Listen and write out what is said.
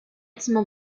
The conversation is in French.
bâtiment